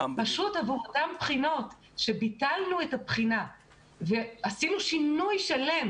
פשוט עבור אותן בחינות שביטלנו את הבחינה ועשינו שינוי שלם,